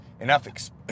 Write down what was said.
enough